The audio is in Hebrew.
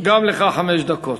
גם לך, חמש דקות.